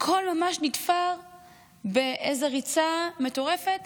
הכול ממש נתפר באיזו ריצה מטורפת